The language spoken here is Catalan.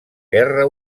guerra